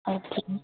ਅੱਛਾ ਜੀ